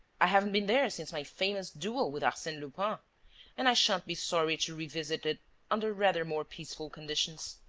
i haven't been there since my famous duel with arsene lupin and i shan't be sorry to re-visit it under rather more peaceful conditions.